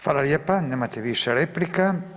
Hvala lijepa, nemate više replika.